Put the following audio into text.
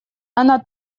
она